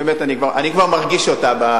באמת, אני כבר מרגיש אותה.